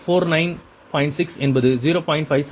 6 என்பது 0